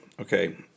okay